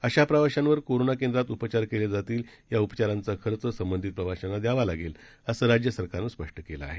अशा प्रवाशांवर कोरोना केंद्रात उपचार केले जातील या उपचारांचा खर्च संबंधित प्रवाशांना द्यावी लागेल असं राज्य सरकारनं स्पष्ट केलं आहे